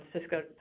Cisco